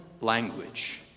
language